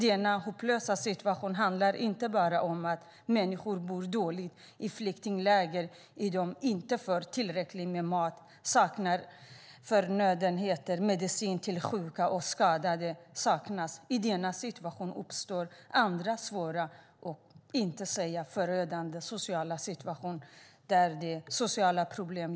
Denna hopplösa situation handlar inte bara om att människor bor dåligt i flyktinglägren, att de inte får tillräckligt med mat, saknar förnödenheter och att medicin till de sjuka och skadade saknas. I denna situation uppstår andra svåra, för att inte säga förödande, sociala problem.